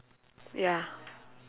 ya